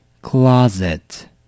Closet